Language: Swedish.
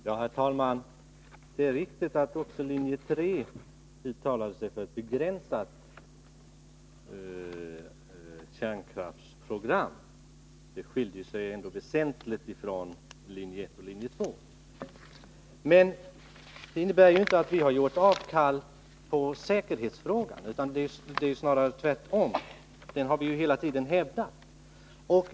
Herr talman! Det är riktigt att också linje 3 uttalade sig för ett kärnkraftsprogram, men det var begränsat och skilde sig väsentligt från det som förespråkades av linje 1 och linje 2. Det innebär ju inte att vi har gjort avkall på säkerhetsfrågorna, utan det är snarare tvärtom. Dem har vi hela tiden hävdat.